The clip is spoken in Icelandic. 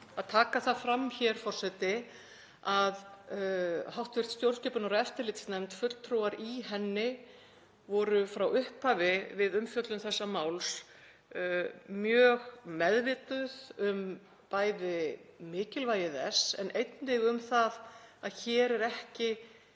að taka það fram, forseti, að hv. stjórnskipunar- og eftirlitsnefnd, fulltrúar í henni, var frá upphafi við umfjöllun þessa máls mjög meðvituð um bæði mikilvægi þess en einnig um það að hér er ekki